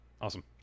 Awesome